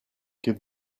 give